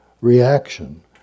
reaction